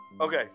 Okay